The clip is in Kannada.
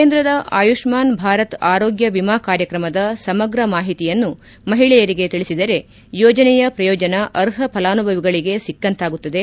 ಕೇಂದ್ರದ ಆಯುಷ್ನಾನ್ ಭಾರತ್ ಆರೋಗ್ಯ ವಿಮಾ ಕಾರ್ಯಕ್ರಮದ ಸಮಗ್ರ ಮಾಹಿತಿಯನ್ನು ಮಹಿಳೆಯರಿಗೆ ತಿಳಿಸಿದರೆ ಯೋಜನೆಯ ಪ್ರಯೋಜನ ಅರ್ಹ ಫಲಾನುಭವಿಗಳಿಗೆ ಸಿಕ್ಕಂತಾಗುತ್ತದೆ